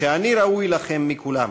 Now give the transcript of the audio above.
שאני ראוי לכם מכולם.